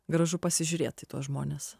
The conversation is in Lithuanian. gražu pasižiūrėt į tuos žmones